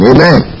Amen